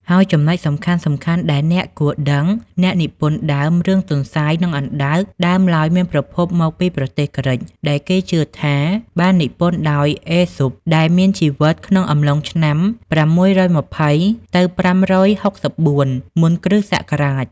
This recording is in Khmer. ហើយចំណុចសំខាន់ៗដែលអ្នកគួរដឹង អ្នកនិពន្ធដើម រឿង ទន្សាយ និងអណ្ដើក ដើមឡើយមានប្រភពមកពីប្រទេសក្រិក ដែលគេជឿថាបាននិពន្ធដោយ អេសុប ដែលមានជីវិតក្នុងអំឡុងឆ្នាំ៦២០-៥៦៤ មុនគ្រិស្តសករាជ។